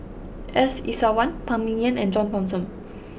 S Iswaran Phan Ming Yen and John Thomson